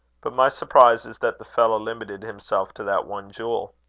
but my surprise is that the fellow limited himself to that one jewel.